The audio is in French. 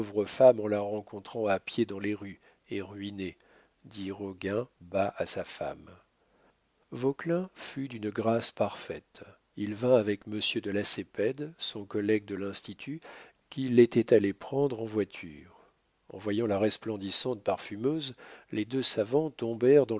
en la rencontrant à pied dans les rues et ruinée dit roguin bas à sa femme vauquelin fut d'une grâce parfaite il vint avec monsieur de lacépède son collègue de l'institut qui l'était allé prendre en voiture en voyant la resplendissante parfumeuse les deux savants tombèrent